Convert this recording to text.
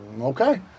okay